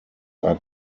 are